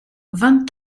vingt